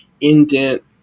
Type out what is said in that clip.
indent